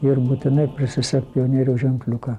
ir būtinai prisisek pionieriaus ženkliuką